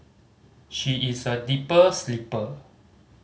she is a deeper sleeper